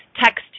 text